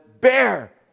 bear